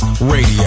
Radio